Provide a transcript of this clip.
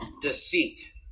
deceit